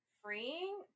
freeing